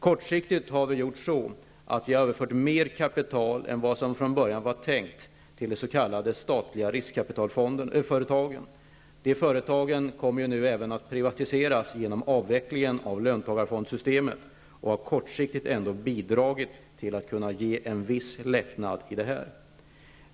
Kortsiktigt har vi överfört mer kapital än vad som från början var tänkt till de s.k. statliga riskkapitalföretagen. De företagen kommer att privatiseras genom avvecklingen av löntagarfondssystemet, men de har kortsiktigt ändå bidragit till att ge en viss lättnad.